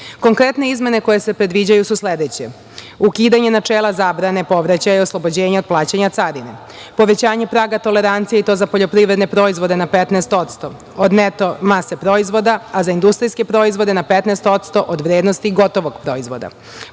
godine. Konkretne izmene koje se predviđaju su sledeće: ukidanje načela zabrane povraćaja i oslobođenje od plaćanja carine, povećanje praga tolerancije, i to za poljoprivredne proizvode na 15% od neto mase proizvoda, a za industrijske proizvode na 15% od vrednosti gotovog proizvoda. Pored